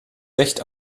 recht